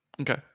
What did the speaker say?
Okay